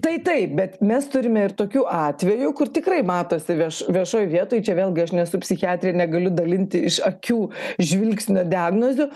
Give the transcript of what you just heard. tai taip bet mes turime ir tokių atvejų kur tikrai matosi vieš viešoj vietoj čia vėlgi aš nesu psichiatrė ir negaliu dalinti iš akių žvilgsnio diagnozių